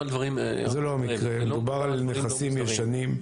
מדובר על נכסים ישנים.